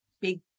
big